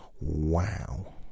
Wow